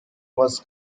was